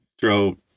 throw